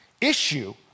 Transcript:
issue